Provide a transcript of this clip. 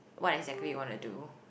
what exactly what I do